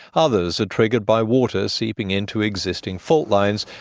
others are triggered by water seeping into existing fault lines,